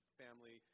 family